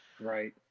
Right